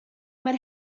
mae